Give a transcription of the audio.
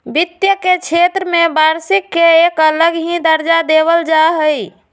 वित्त के क्षेत्र में वार्षिक के एक अलग ही दर्जा देवल जा हई